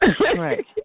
Right